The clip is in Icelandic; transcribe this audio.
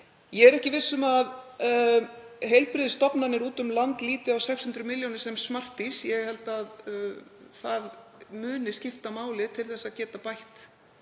Ég er ekki viss um að heilbrigðisstofnanir úti um land líti á 600 milljónir sem smartís. Ég held að það muni skipta máli til að geta bætt